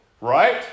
Right